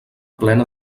plena